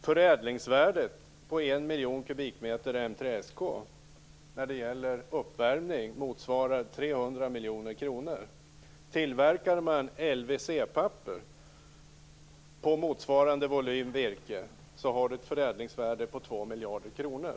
Förädlingsvärdet på miljoner kronor. Tillverkar man lvc-papper av motsvarande volym virke har man ett förädlingsvärde på 2 miljarder kronor.